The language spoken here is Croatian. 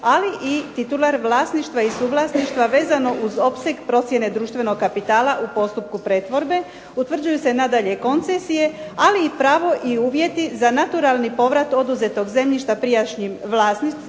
ali i titular vlasništva i suvlasništva vezano uz opseg procjene društvenog kapitala u postupku pretvorbe. Utvrđuju se nadalje koncesije, ali i pravo i uvjeti za naturalni povrat oduzetog zemljišta prijašnjim vlasnicima.